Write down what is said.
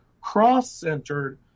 cross-centered